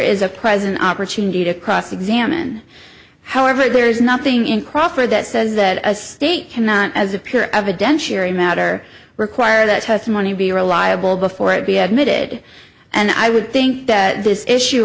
is a present opportunity to cross examine however there is nothing in crawford that says that a state cannot as a pure evidentiary matter require that testimony be reliable before it be admitted and i would think that this issue